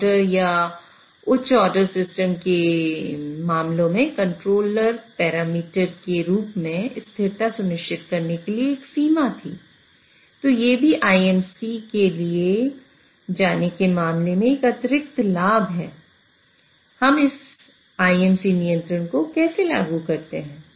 हम इस IMC नियंत्रण को कैसे लागू करते हैं